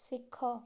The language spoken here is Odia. ଶିଖ